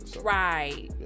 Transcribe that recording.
right